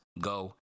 go